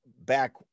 back